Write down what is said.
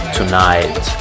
tonight